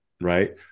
right